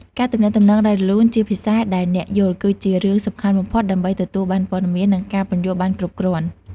ការទំនាក់ទំនងដោយរលូនជាភាសាដែលអ្នកយល់ គឺជារឿងសំខាន់បំផុតដើម្បីទទួលបានព័ត៌មាន និងការពន្យល់បានគ្រប់គ្រាន់។